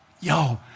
yo